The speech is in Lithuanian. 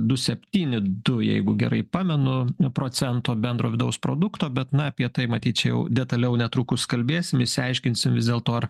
du septyni du jeigu gerai pamenudu procento bendro vidaus produkto bet na apie tai matyt čia jau detaliau netrukus kalbėsim išsiaiškinsim vis dėlto ar